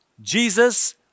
Jesus